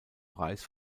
preis